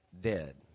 dead